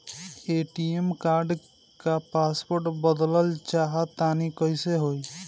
ATM card क password बदलल चाहा तानि कइसे होई?